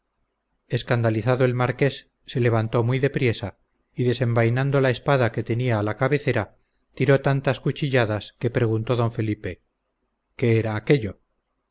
escandalizado el marqués se levantó muy de priesa y desenvainando la espada que tenía a la cabecera tiró tantas cuchilladas que preguntó d felipe qué era aquello